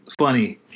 funny